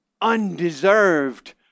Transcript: undeserved